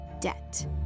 debt